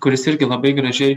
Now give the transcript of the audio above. kuris irgi labai gražiai